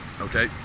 okay